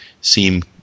seem